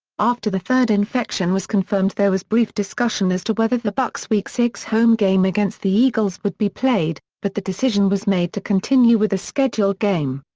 after the third infection was confirmed there was brief discussion as to whether the bucs' week six home game against the eagles would be played, but the decision was made to continue with the scheduled game.